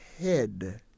head